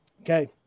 Okay